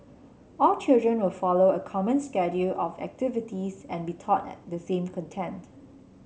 all children will follow a common schedule of activities and be taught the same content